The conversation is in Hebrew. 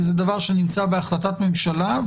זה נמצא בהחלטת ממשלה,